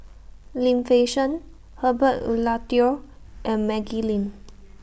Lim Fei Shen Herbert Eleuterio and Maggie Lim